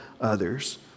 others